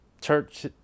church